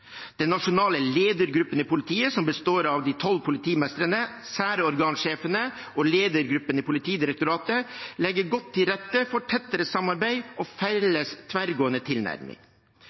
Den nasjonale ledergruppen i politiet, som består av de tolv politimesterne, særorgansjefene og ledergruppen i Politidirektoratet, legger godt til rette for tettere samarbeid og felles, tverrgående tilnærming.